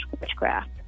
witchcraft